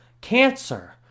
cancer